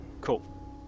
Cool